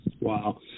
Wow